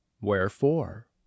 wherefore